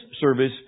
service